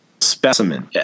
specimen